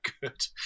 good